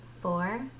four